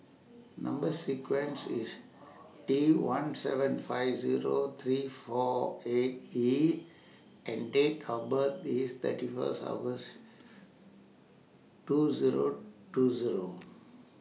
Number sequence IS T one seven five Zero three four eight E and Date of birth IS thirty First August two Zero two Zero